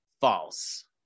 false